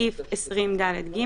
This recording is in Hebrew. בסעיף 20ד(ג),